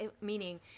Meaning